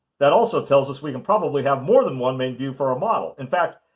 that also tells us we can probably have more than one main view for our model. in fact,